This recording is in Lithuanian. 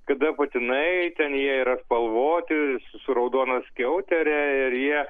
kada patinai ten jie yra spalvoti su raudona skiautere ir jie